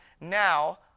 now